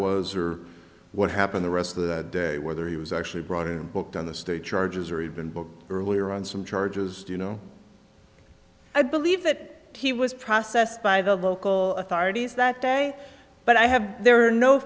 was or what happened the rest of that day whether he was actually brought in and booked on the state charges or even book earlier on some charges you know i believe that he was processed by the local authorities that day but i have there are no